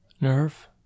nerve